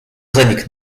zanik